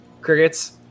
crickets